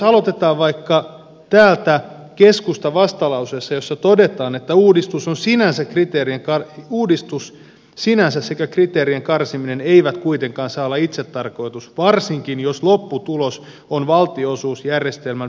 aloitetaan vaikka täältä keskustan vastalauseesta jossa todetaan että uudistus on sinänsä piper joka uudistus sinänsä sekä kriteereiden karsiminen eivät kuitenkaan saa olla itsetarkoitus varsinkin jos lopputulos on valtionosuusjärjestelmän perusperiaatteiden vastainen